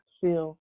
feel